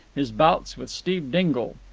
his bouts with steve dingle.